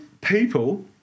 people